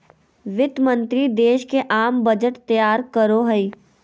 वित्त मंत्रि देश के आम बजट तैयार करो हइ